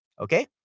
okay